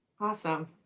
Awesome